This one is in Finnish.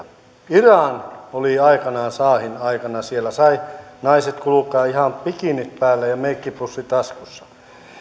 iranissa aikanaan saahin aikana saivat naiset kulkea ihan bikinit päällä ja meikkipussi taskussa